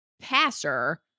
passer